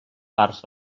parts